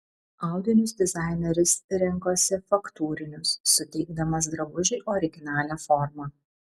audinius dizaineris rinkosi faktūrinius suteikdamas drabužiui originalią formą